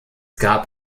gab